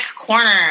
corner